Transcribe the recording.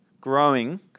growing